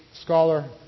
scholar